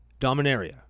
Dominaria